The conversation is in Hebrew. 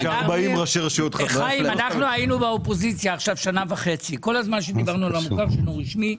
כשהיינו באופוזיציה במשך שנה וחצי ודיברנו על המוכש"ר שאינו רשמי,